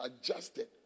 adjusted